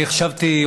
אני חשבתי,